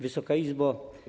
Wysoka Izbo!